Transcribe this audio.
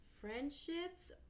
Friendships